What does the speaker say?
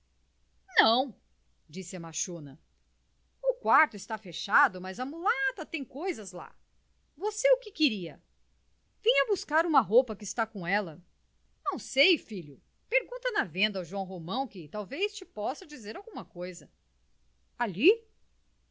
o pequeno não disse a machona o quarto está fechado mas a mulata tem coisas lá você o que queria vinha buscar uma roupa que está com ela não sei filho pergunta na venda ao joão romão que talvez te possa dizer alguma coisa ali